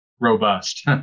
robust